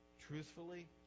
truthfully